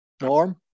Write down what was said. Norm